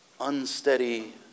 unsteady